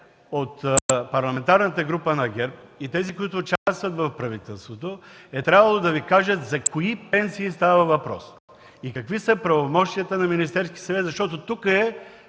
от Парламентарната група на ГЕРБ и тези, които участват в правителството, е трябвало да Ви кажат за кои пенсии става въпрос и какви са правомощията на Министерския съвет, защото тук е